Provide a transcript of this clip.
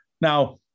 Now